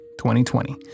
2020